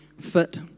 fit